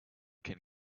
can